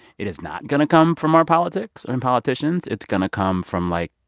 it is not going to come from our politics and politicians. it's going to come from, like,